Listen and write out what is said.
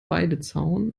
weidezaun